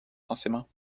censément